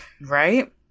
Right